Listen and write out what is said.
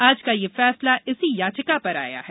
आज का यह फैसला इसी याचिका पर आया है